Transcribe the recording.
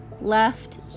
Left